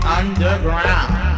underground